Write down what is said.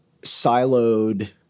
siloed